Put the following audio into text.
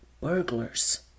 Burglars